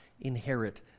inherit